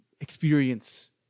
experience